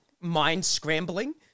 mind-scrambling